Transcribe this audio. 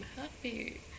happy